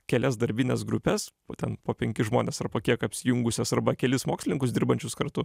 kelias darbines grupes būtent po penkis žmones ar po kiek apsijungusios arba kelis mokslininkus dirbančius kartu